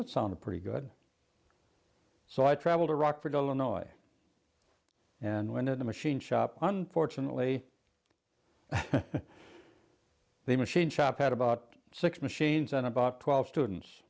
that sounded pretty good so i traveled to rockford illinois and went to the machine shop unfortunately the machine shop had about six machines and about twelve students